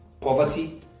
Poverty